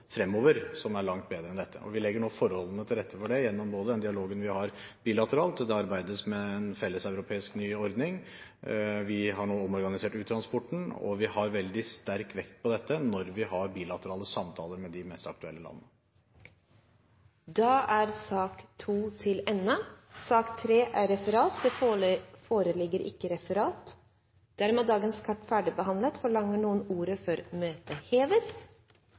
fremover som er langt bedre enn dette. Vi legger nå forholdene til rette for det gjennom den dialogen vi har bilateralt, og det arbeides med en felleseuropeisk ny ordning. Vi har nå omorganisert uttransporten, og vi har veldig sterk vekt på dette når vi har bilaterale samtaler med de mest aktuelle landene. Dette spørsmålet er utsatt til neste spørretime, da statsråden er bortreist. Da er sak nr. 2 ferdigbehandlet. Det foreligger ikke noe referat. Dermed er dagens kart ferdigbehandlet. Forlanger noen ordet før møtet heves?